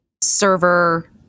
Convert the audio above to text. server